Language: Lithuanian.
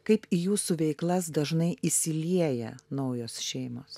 kaip į jūsų veiklas dažnai įsilieja naujos šeimos